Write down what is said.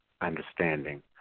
understanding